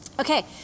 okay